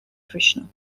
krishna